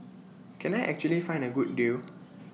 can I actually find A good deal